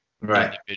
Right